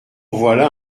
voilà